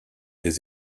des